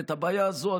ואת הבעיה הזאת,